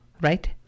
Right